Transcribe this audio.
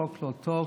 החוק לא טוב.